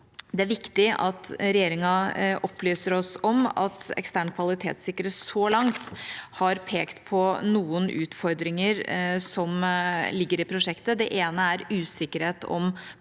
det er viktig at regjeringa opplyser oss om at ekstern kvalitetssikrer så langt har pekt på noen utfordringer som ligger i prosjektet. Det ene er usikkerhet om hvorvidt